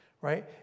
right